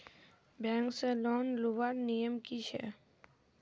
Bank से loan लुबार नियम की छे?